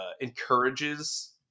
encourages